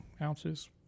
ounces